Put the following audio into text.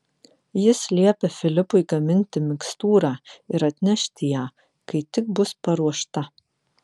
jis liepė filipui gaminti mikstūrą ir atnešti ją kai tik bus paruošta